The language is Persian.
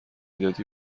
دادی